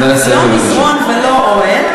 לא מזרן ולא אוהל,